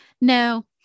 no